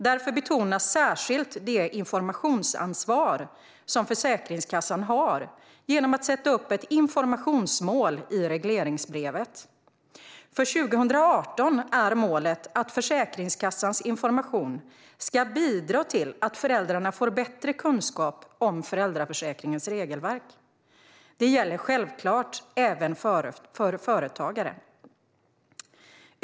Därför betonas särskilt det informationsansvar som Försäkringskassan har genom att sätta upp ett informationsmål i regleringsbrevet. För 2018 är målet att Försäkringskassans information ska bidra till att föräldrarna får bättre kunskap om föräldraförsäkringens regelverk. Det gäller självklart även för företagare.